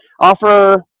Offer